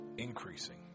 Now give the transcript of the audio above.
increasing